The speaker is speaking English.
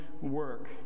work